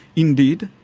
indeed,